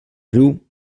riu